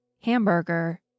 hamburger